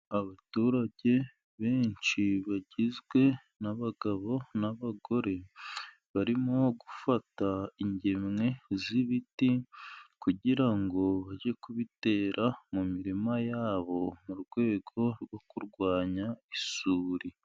Abaturage benshi bagizwe n'abagabo n'abagore, barimo gufata ingemwe z'ibiti, kugira ngo bajye kubitera mu mirima yabo, mu rwego rwo kurwanya isuri.